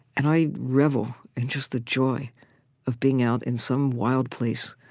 and i revel in just the joy of being out in some wild place,